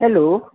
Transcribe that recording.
hello